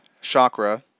chakra